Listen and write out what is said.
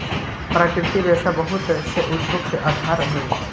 प्राकृतिक रेशा बहुत से उद्योग के आधार हई